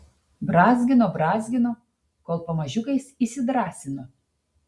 brązgino brązgino kol pamažiukais įsidrąsino